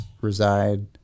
reside